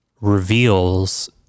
reveals